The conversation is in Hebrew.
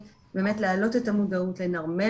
ממש לוקחים